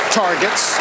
targets